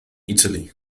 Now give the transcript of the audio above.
italy